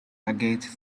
luggage